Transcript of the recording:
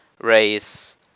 race